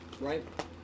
right